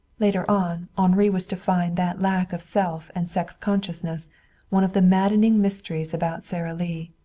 later on henri was to find that lack of self and sex consciousness one of the maddening mysteries about sara lee.